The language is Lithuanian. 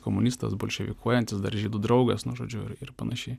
komunistas bolševikuojantis dar žydų draugas nu žodžiu ir panašiai